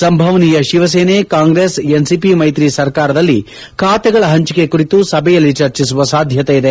ಸಂಭವನೀಯ Shiv Sena Congress NCP ಮೈತ್ರಿ ಸರ್ಕಾರದಲ್ಲಿ ಖಾತೆಗಳ ಹಂಚಿಕೆ ಕುರಿತು ಸಭೆಯಲ್ಲಿ ಚರ್ಚಿಸುವ ಸಾಧ್ಯತೆ ಇದೆ